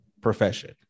profession